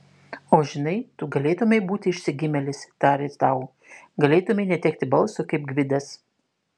o žinai tu galėtumei būti išsigimėlis tarė sau galėtumei netekti balso kaip gvidas